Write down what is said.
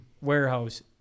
warehouse